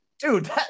Dude